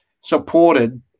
supported